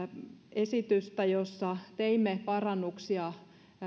esitystä jossa teimme parannuksia